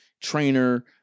trainer